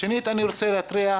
שנית אני רוצה להתריע,